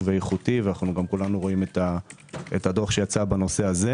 ואיכותי וכולם רואים את הדוח שיצא בנושא.